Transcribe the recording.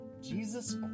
Jesus